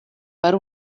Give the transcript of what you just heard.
per